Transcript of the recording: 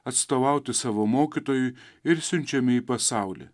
atstovauti savo mokytojui ir siunčiami į pasaulį